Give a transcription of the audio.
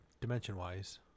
dimension-wise